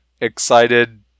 excited